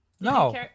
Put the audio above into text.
No